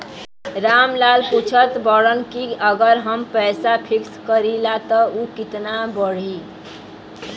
राम लाल पूछत बड़न की अगर हम पैसा फिक्स करीला त ऊ कितना बड़ी?